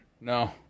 No